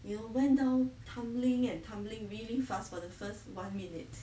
you know went down tumbling and tumbling really fast for the first one minute